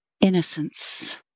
innocence